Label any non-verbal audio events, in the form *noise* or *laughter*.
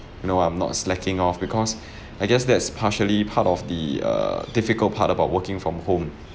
you know I'm not slacking off because *breath* I guess that's partially part of the err difficult part about working from home